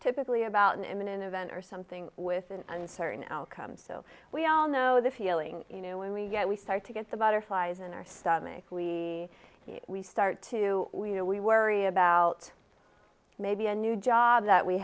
typically about an imminent event or something with an uncertain outcome so we all know the feeling you know when we get we start to get the butterflies in our stomach lee we start to we are we worry about maybe a new job that we